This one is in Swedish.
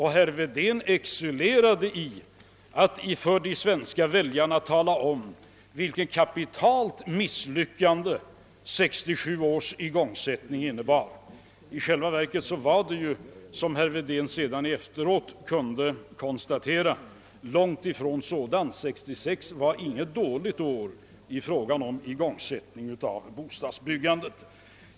Herr Wedén excellerade då i att tala om för de svenska väljarna vilket kapitalt misslyckande 1967 års igångsättning innebar. I själva verket var det, som herr Wedén efteråt kunde konstatera, långtifrån misslyckat — 1966 var inget dåligt år i fråga om igångsättning av bostadsbyggandet.